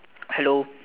hello